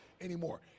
anymore